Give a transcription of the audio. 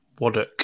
Waddock